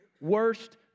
Worst